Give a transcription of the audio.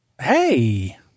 Hey